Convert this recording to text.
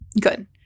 Good